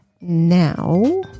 now